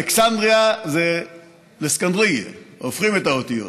אלכסנדריה זה לסכנדריה, הופכים את האותיות,